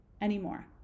anymore